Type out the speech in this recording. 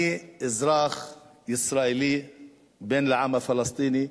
אני אזרח ישראל בן לעם הפלסטיני,